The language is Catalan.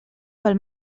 pel